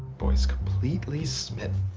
boy is completely smitten.